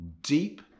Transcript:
deep